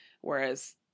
whereas